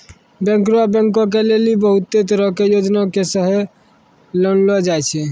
banker बैंको के लेली बहुते तरहो के योजना के सेहो लानलो जाय छै